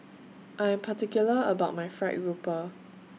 I Am particular about My Gried Grouper